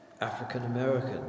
African-American